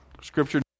Scripture